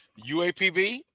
UAPB